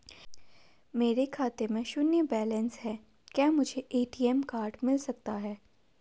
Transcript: मेरे खाते में शून्य बैलेंस है क्या मुझे ए.टी.एम कार्ड मिल सकता है?